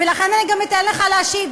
ולכן גם אתן לך להשיב.